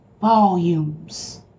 volumes